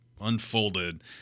unfolded